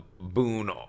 Boone